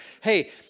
hey